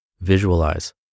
visualize